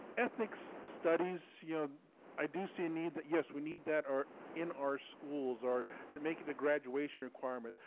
ethnic so studies ah i do see a need that yes we need that are in our schools or and make it a graduation requirement.